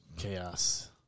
chaos